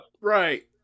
Right